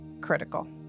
critical